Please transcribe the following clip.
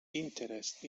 interest